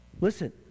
Listen